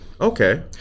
Okay